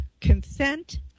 Consent